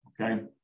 okay